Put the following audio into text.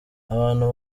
abantu